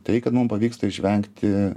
tai kad mum pavyksta išvengti